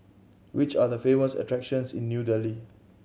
which are the famous attractions in New Delhi